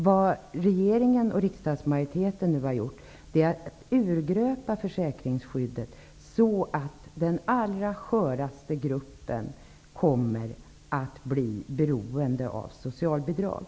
Vad regeringen och riksdagsmajoriteten har åstadkommit är ett urgröpt försäkringsskydd. Därmed kommer den allra sköraste gruppen att bli beroende av socialbidrag.